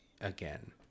again